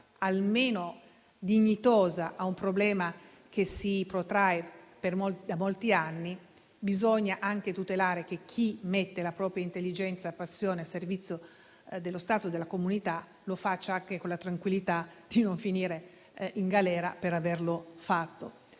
almeno dignitosa a un problema che si protrae da molti anni, bisogna anche garantire che chi mette la propria intelligenza e passione a servizio dello Stato e della comunità lo faccia anche con la tranquillità di non finire in galera per averlo fatto.